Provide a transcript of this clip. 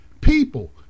people